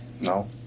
No